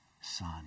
Son